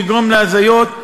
לגרום להזיות,